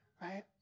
right